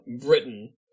Britain